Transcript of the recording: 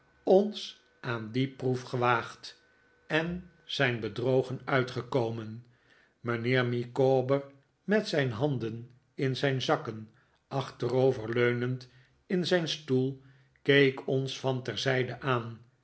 ons aan die proef gewaagd en zijn bedrogen uitgekomen mijnheer micawber met zijn handen in zijn zakken achterover leunend in zijn stoel keek ons van terzijde aan